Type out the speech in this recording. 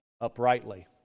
uprightly